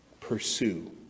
pursue